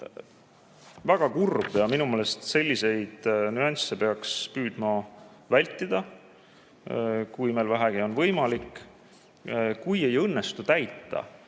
Väga kurb! Minu meelest selliseid nüansse peaks püüdma vältida, kui meil vähegi on võimalik. Kui ei õnnestu